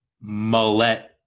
mullet